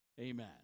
amen